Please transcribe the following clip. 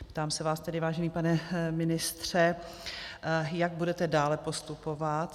Ptám se vás tedy, vážený pane ministře, jak budete dále postupovat.